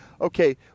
okay